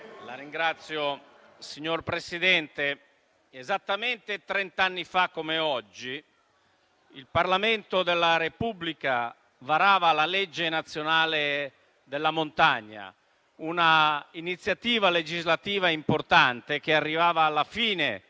*(IV-C-RE)*. Signor Presidente, esattamente trent'anni fa il Parlamento della Repubblica varava la legge nazionale della montagna, una iniziativa legislativa importante che arrivava alla fine